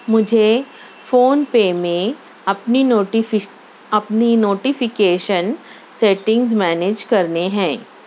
مجھے فون پے میں اپنی اپنی نوٹیفیکیشن سیٹنگز مینیج کرنے ہیں